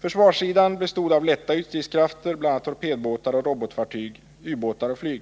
Försvarssidan bestod av lätta ytstridskrafter, bl.a. torpedbåtar och robotfartyg, u-båtar och flyg.